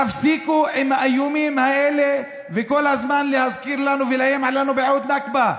תפסיקו עם האיומים האלה וכל הזמן להזכיר לנו ולאיים עלינו בעוד נכבה.